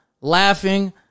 laughing